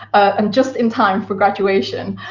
and just in time for graduation,